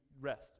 rest